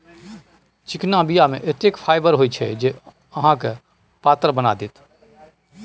चिकना बीया मे एतेक फाइबर होइत छै जे अहाँके पातर बना देत